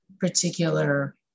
particular